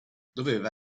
doveva